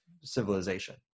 civilization